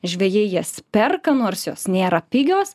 žvejai jas perka nors jos nėra pigios